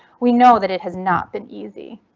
we know that it has not been easy.